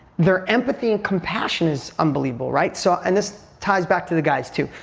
their empathy and compassion is unbelievable, right? so, and this ties back to the guys too.